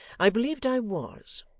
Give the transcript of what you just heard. i believed i was.